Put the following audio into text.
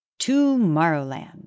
Tomorrowland